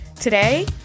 today